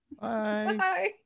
Bye